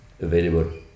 available